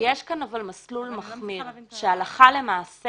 אבל יש כאן מסלול מחמיר שהלכה למעשה